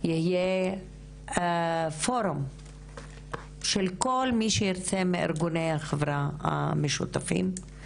יהיה פורום של כל מי שירצה מארגוני החברה המשותפים,